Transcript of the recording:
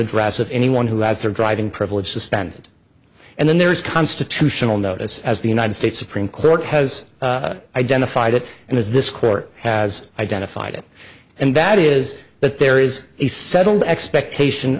address of anyone who has their driving privileges suspended and then there is constitutional notice as the united states supreme court has identified it and as this court has identified it and that is that there is a settled expectation